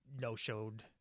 no-showed